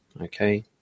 Okay